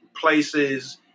places